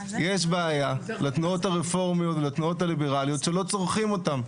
יש בעיה לתנועות הרפורמיות ולתנועות הליברליות שלא צורכים אותן.